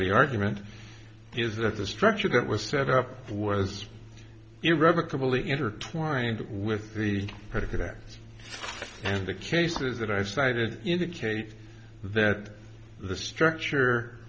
the argument is that the structure that was set up was irrevocably intertwined with the predicate act and the cases that i cited indicate that the structure